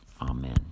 Amen